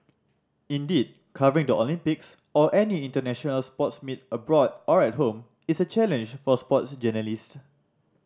indeed covering the Olympics or any international sports meet abroad or at home is a challenge for sports journalist